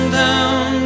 down